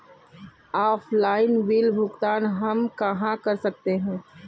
Offline bill भुगतान हम कहां कर सकते हैं?